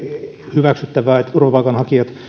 hyväksyttävää että turvapaikanhakijat